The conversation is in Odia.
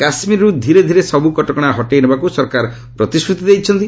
କାଶ୍ମୀରରୁ ଧୀରେ ଧୀରେ ସବୁ କଟକଣା ହଟେଇ ନେବାକୁ ସରକାର ପ୍ରତିଶ୍ରତି ଦେଇଛନ୍ତି